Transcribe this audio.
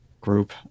group